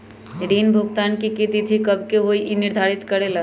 ऋण भुगतान की तिथि कव के होई इ के निर्धारित करेला?